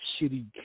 shitty